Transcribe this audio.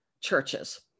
churches